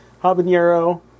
habanero